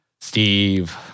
Steve